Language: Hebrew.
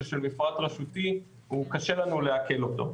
של מפרט רשותי הוא קשה לנו לעכל אותו.